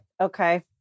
Okay